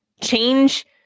change